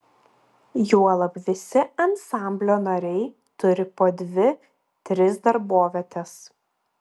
juolab visi ansamblio nariai turi po dvi tris darbovietes